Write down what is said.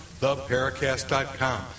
theparacast.com